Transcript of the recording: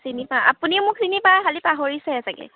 আপুনি মোক চিনি পাই খালী পাহৰিছেহে চাগৈ